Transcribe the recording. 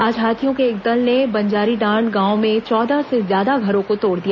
आज हाथियों के एक दल ने बंजारीडांड गांव में चौदह से ज्यादा घरों को तोड़ दिया